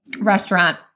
restaurant